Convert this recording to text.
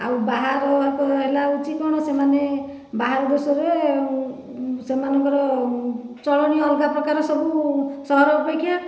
ଆଉ ବାହାର ହେଲା ହେଉଛି କ'ଣ ସେମାନେ ବାହାର ଦେଶରେ ସେମାନଙ୍କର ଚଳଣି ଅଲଗା ପ୍ରକାର ସବୁ ସହର ଅପେକ୍ଷା